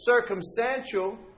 circumstantial